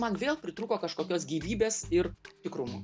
man vėl pritrūko kažkokios gyvybės ir tikrumo